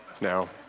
No